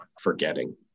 forgetting